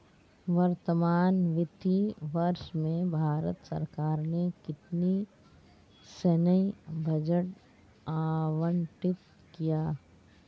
वर्तमान वित्तीय वर्ष में भारत सरकार ने कितना सैन्य बजट आवंटित किया?